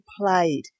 played